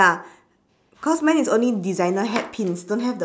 ya cause mine is only designer hat pins don't have the